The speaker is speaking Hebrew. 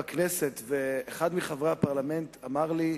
בכנסת, ואחד מהחברים אמר לי: